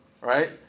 right